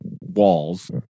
walls